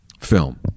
film